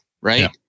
right